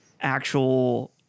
actual